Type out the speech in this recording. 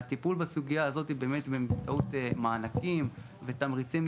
והטיפול בסוגייה הזאת הוא באמת באמצעות מענקים ותמריצים.